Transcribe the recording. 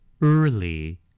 Early